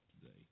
today